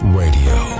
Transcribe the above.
radio